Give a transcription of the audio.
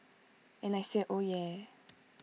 and I said oh yeah